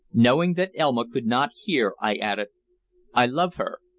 knowing that elma could not hear, i added i love her,